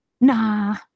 nah